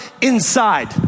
inside